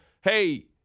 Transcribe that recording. hey